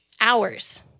hours